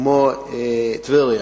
כמו טבריה,